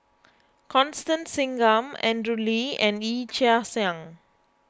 Constance Singam Andrew Lee and Yee Chia Hsing